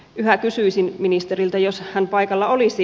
yhä kysyisin ministeriltä jos hän paikalla olisi